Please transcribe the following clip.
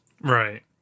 Right